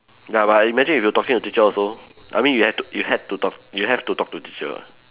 ya but imagine if you talking to your teacher also I mean you have to you had to ta~ you have to talk [what]